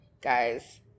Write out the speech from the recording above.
guys